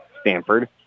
Stanford